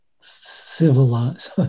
civilized